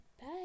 bye